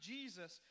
Jesus